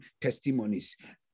testimonies